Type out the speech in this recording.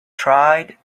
tried